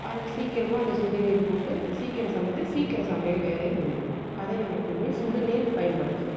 அது சீக்கிரமாக அந்த சுடுநீர் போட்டு சீக்கிரம் சமைச்சு சீக்கிரம் சமையல் வேலை முடியும் அதை எப்போவுமே சுடுநீர் பயன்படுத்துவேன்